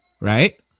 right